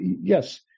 yes